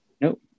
Nope